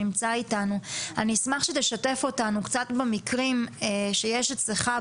אני אשמח שתשתף אותנו קצת במקרים שקרו